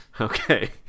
Okay